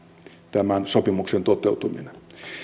sopimuksen toteutuminen olekaan automaatio